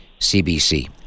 CBC